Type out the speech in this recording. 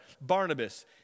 Barnabas